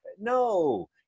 No